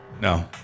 No